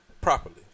properly